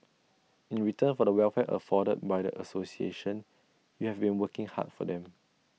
in return for the welfare afforded by the association you have been working hard for them